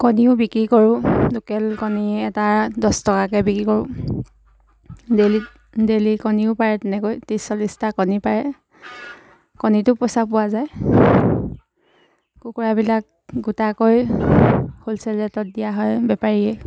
কণীও বিক্ৰী কৰোঁ লোকেল কণী এটা দছ টকাকৈ বিক্ৰী কৰোঁ ডেইলিত ডেইলি কণীও পাৰে তেনেকৈ ত্ৰিছ চল্লিছটা কণী পাৰে কণীটো পইচা পোৱা যায় কুকুৰাবিলাক গোটাকৈ হ'লচেল ৰেটত দিয়া হয় বেপাৰীয়ে